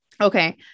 okay